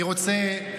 אני רוצה,